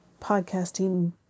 podcasting